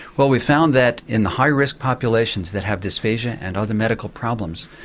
well we found that in the high-risk populations that have dysphagia and other medical problems,